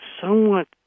somewhat